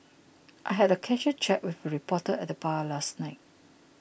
I had a casual chat with a reporter at the bar last night